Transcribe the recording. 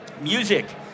Music